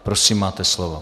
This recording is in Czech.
Prosím, máte slovo.